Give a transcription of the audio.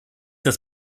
das